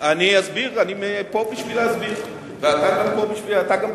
אני אסביר, אני פה בשביל להסביר, ואתה גם תבין.